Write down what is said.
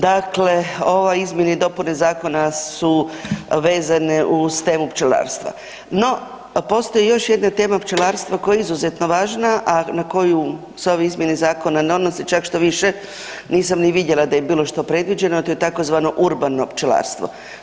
Dakle, ova izmjena i dopuna zakona su vezane uz temu pčelarstva, no postoji još jedna tema pčelarstva koja je izuzetno važna, a na koju se ove izmjene zakona ne odnose, čak štoviše nisam ni vidjela da je bilo što predviđeno, to je tzv. urbano pčelarstvo.